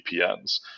VPNs